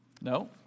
No